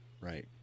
right